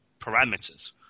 parameters